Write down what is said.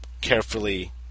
carefully